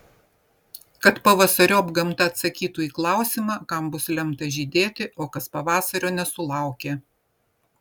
kad pavasariop gamta atsakytų į klausimą kam bus lemta žydėti o kas pavasario nesulaukė